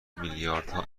میلیاردها